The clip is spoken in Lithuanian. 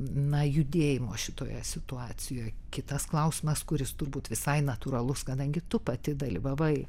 na judėjimo šitoje situacijoje kitas klausimas kuris turbūt visai natūralus kadangi tu pati dalyvavai